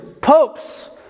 popes